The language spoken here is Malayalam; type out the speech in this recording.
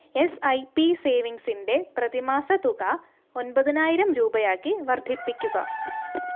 എസ് ഐ പി സേവിങ്സിൻ്റെ പ്രതിമാസ തുക ഒൻപതിനായിരം രൂപയാക്കി വർദ്ധിപ്പിക്കുക